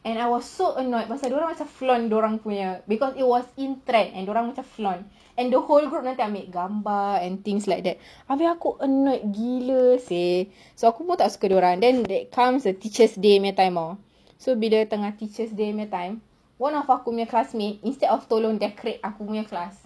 and I was so annoyed pasal dorang macam flaunt dorang punya because it was in trend and dorang macam flaunt and the whole group nanti ambil gambar and things like that abeh aku annoyed gila seh so aku pun tak suka dorang then comes the teacher day punya time [tau] so bila tengah teacher day punya time one of aku punya classmate instead of tolong decorate aku punya class